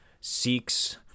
seeks